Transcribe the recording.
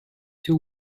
two